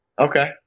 okay